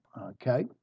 okay